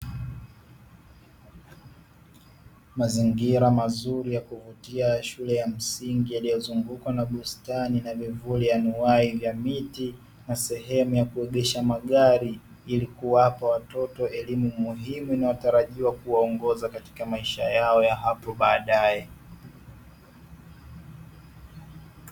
Mazingira mazuri ya kuvutia ya shule ya msingi yakoyozungukwa na bustani na vivuli anuwai vya miti na sehemu ya kuegesha magari, ili kuwapa watoto elimu muhimu inayotarajiwa kuwaongoza katika maisha yao hapo badae.